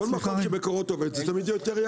כל מקום שמקורות עובד זה יותר יקר.